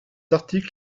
article